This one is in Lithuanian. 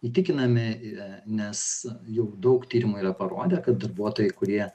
įtikinami i nes jau daug tyrimų yra parodę kad darbuotojai kurie